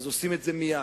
עושים את זה מייד,